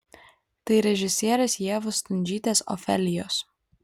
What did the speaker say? tai režisierės ievos stundžytės ofelijos